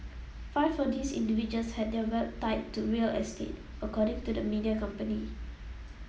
five of these individuals had their wealth tied to real estate according to the media company